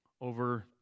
over